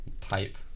Pipe